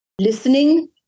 listening